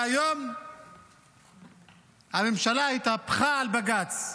והיום הממשלה התהפכה על בג"ץ,